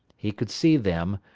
he could see them,